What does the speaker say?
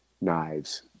knives